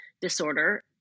disorder